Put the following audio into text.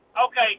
Okay